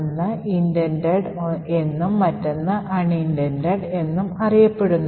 ഒന്ന് ഇന്റന്റഡ് എന്നും മറ്റൊന്ന് അൺഇന്റന്റഡ് എന്നും അറിയപ്പെടുന്നു